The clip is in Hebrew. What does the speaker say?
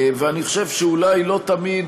ואני חושב שאולי לא תמיד,